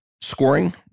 scoring